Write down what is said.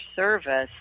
service